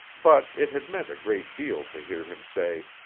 but it had meant a great deal to hear him say,